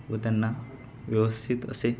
व त्यांना व्यवस्थित असे